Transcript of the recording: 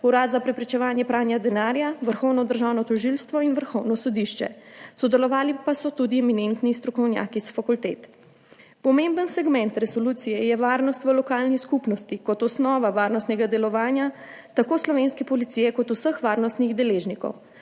Urada za preprečevanje pranja denarja, Vrhovnega državnega tožilstva in Vrhovnega sodišča, sodelovali pa so tudi eminentni strokovnjaki s fakultet. Pomemben segment resolucije je varnost v lokalni skupnosti kot osnova varnostnega delovanja tako slovenske policije kot vseh varnostnih deležnikov,